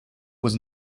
was